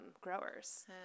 growers